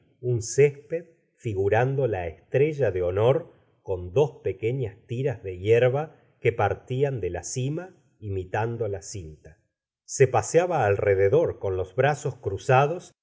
un césped figurando la estrella de honor con dos pequeñas tiras de hierba que partían de la cima imitando la cinta se paseaba alrededor con los brazos cruzados y